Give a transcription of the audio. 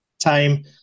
Time